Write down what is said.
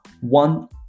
one